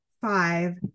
five